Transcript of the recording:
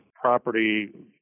property